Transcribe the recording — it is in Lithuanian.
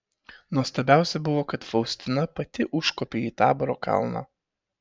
nuostabiausia buvo kad faustina pati užkopė į taboro kalną